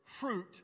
fruit